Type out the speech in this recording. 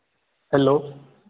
hello